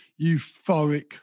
euphoric